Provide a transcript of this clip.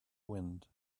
wind